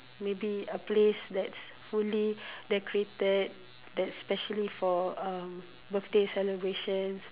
maybe a place that's fully decorated that's specially for um birthday celebrations